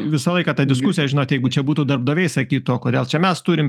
visą laiką ta diskusija žinot jeigu čia būtų darbdaviai sakytų o kodėl čia mes turim